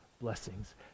blessings